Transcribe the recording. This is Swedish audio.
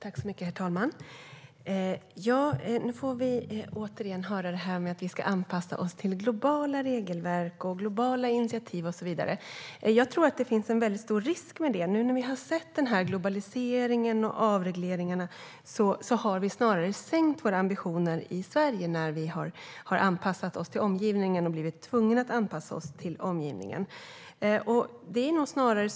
Herr talman! Nu får vi återigen höra det här att vi ska anpassa oss till globala regelverk och initiativ. Jag tror att det finns en stor risk med det. Globaliseringen och avregleringarna har gjort att vi har blivit tvungna att anpassa oss till omgivningen och snarare sänkt våra ambitioner i Sverige.